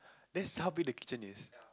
this how big the kitchen is